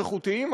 איכותיים,